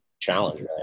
challenge